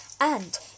and